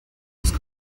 ist